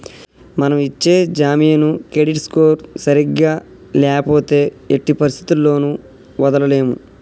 మనం ఇచ్చే జామీను క్రెడిట్ స్కోర్ సరిగ్గా ల్యాపోతే ఎట్టి పరిస్థతుల్లోను వదలలేము